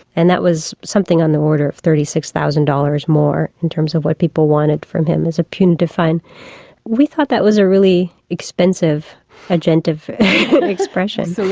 and that was something in the order of thirty six thousand dollars more in terms of what people wanted from him as a punitive fine. and we thought that was a really expensive agentive expression.